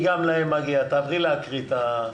נעבור להקראה.